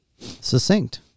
Succinct